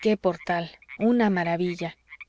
qué portal una maravilla